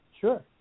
Sure